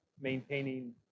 maintaining